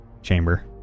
Chamber